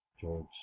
george